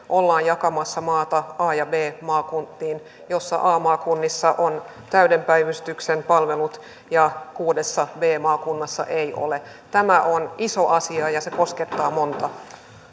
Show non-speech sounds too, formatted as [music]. [unintelligible] ollaan jakamassa maata a ja b maakuntiin joista a maakunnissa on täyden päivystyksen palvelut ja kuudessa b maakunnassa ei ole tämä on iso asia ja se koskettaa montaa